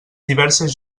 diverses